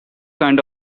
kind